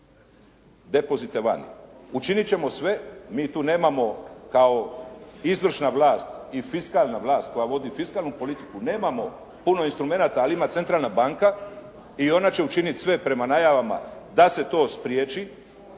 depozite vani. Učinit ćemo sve, mi tu nemamo kao izvršna vlast i fiskalna vlast koja vodi fiskalnu politiku nemamo puno instrumenata ali ima centralna banka i ona će učiniti sve prema najavama da se to spriječi.